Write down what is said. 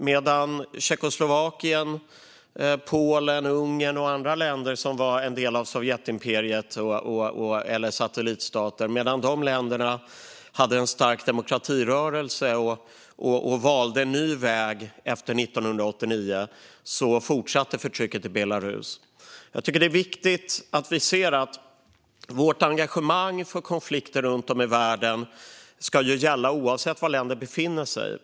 Medan Tjeckoslovakien, Polen, Ungern och andra länder, som var en del av Sovjetimperiet eller satellitstater, hade en stark demokratirörelse och valde en ny väg efter 1989 fortsatte förtrycket i Belarus. Jag tycker att det är viktigt att vi ser att vårt engagemang för konflikter runt om i världen ska gälla oavsett var länder befinner sig.